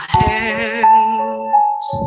hands